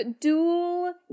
dual